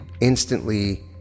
instantly